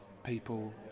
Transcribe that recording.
people